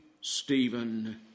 Stephen